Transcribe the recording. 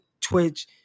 twitch